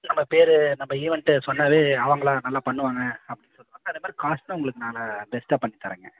நம்ம பெயரு நம்ம ஈவெண்ட்டு சொன்னாவே அவங்களா நல்லா பண்ணுவாங்கள் அப்படினு சொல்லுவாங்கள் அதே மாதிரி காஸ்ட்டும் உங்களுக்கு நாங்கள் பெஸ்ட்டாக பண்ணித் தரோங்க